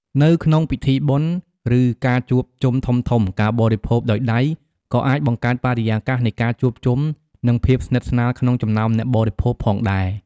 នៅក្នុងពិធីបុណ្យ ឬការជួបជុំធំៗ ការបរិភោគដោយដៃក៏អាចបង្កើតបរិយាកាសនៃការជួបជុំ និងភាពស្និទ្ធស្នាលក្នុងចំណោមអ្នកបរិភោគផងដែរ។